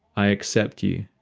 i accept you.